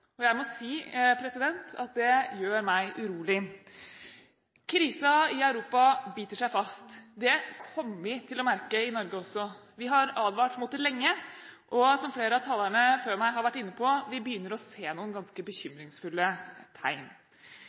fått. Jeg må si at det gjør meg urolig. Krisen i Europa biter seg fast. Det kommer vi til å merke i Norge også. Vi har advart mot det lenge. Som flere av talerne før meg har vært inne på, begynner vi å se noen ganske bekymringsfulle tegn.